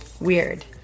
Weird